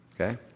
Okay